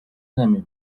نمی